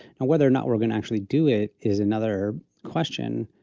and whether or not we're going to actually do it is another question.